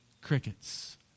Crickets